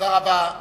תודה רבה.